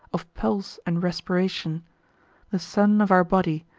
of pulse and respiration the sun of our body,